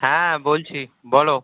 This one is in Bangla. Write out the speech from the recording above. হ্যাঁ বলছি বলো